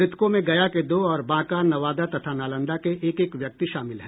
मृतकों में गया के दो और बांका नवादा तथा नालंदा के एक एक व्यक्ति शामिल है